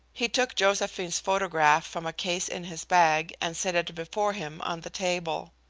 he took josephine's photograph from a case in his bag and set it before him on the table.